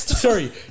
Sorry